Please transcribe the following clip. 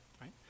right